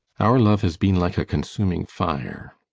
our love has been like a consuming fire.